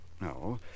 No